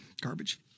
Garbage